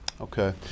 Okay